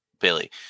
Billy